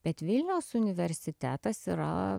bet vilniaus universitetas yra